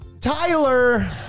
Tyler